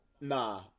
Nah